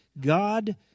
God